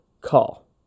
call